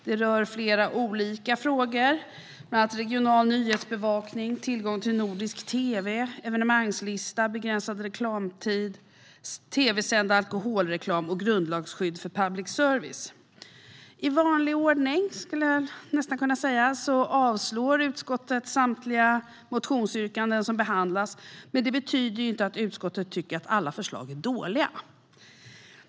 Det rör flera olika frågor, bland annat regional nyhetsbevakning, tillgång till nordisk tv, evenemangslista, begränsad reklamtid, tv-sänd alkoholreklam och grundlagsskydd för public service.I vanlig ordning, skulle jag nästan kunna säga, avstyrker utskottet samtliga motionsyrkanden som behandlas. Det betyder dock inte att utskottet tycker att alla förslag är dåliga.